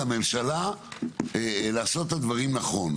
לממשלה לעשות את הדברים נכון.